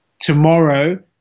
tomorrow